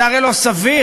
זה הרי לא סביר.